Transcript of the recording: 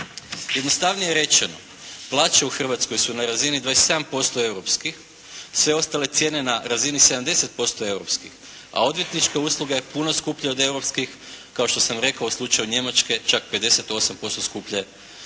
Jednostavnije rečeno plaće u Hrvatskoj su na razini 27% europskih, sve ostale cijene na razini 70% europskih, a odvjetnička usluga je puno skuplja od europskih, kao što sam rekao u slučaju Njemačke čak 58% skuplje